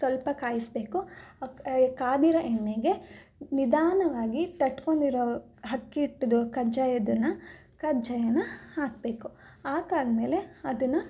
ಸ್ವಲ್ಪ ಕಾಯಿಸಬೇಕು ಆ ಕಾದಿರೊ ಎಣ್ಣೆಗೆ ನಿಧಾನವಾಗಿ ತಟ್ಕೊಂಡಿರೋ ಅಕ್ಕಿ ಹಿಟ್ದು ಕಜ್ಜಾಯದನ್ನು ಕಜ್ಜಾಯನ ಹಾಕಬೇಕು ಹಾಕಾದಮೇಲೆ ಅದನ್ನು